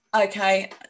okay